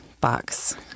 box